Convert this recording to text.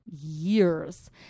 years